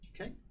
Okay